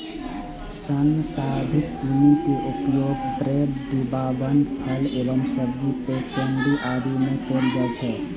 संसाधित चीनी के उपयोग ब्रेड, डिब्बाबंद फल एवं सब्जी, पेय, केंडी आदि मे कैल जाइ छै